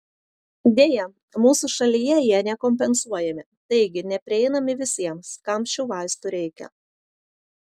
deja mūsų šalyje jie nekompensuojami taigi neprieinami visiems kam šių vaistų reikia